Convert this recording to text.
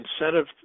incentive